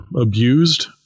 abused